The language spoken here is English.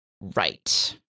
Right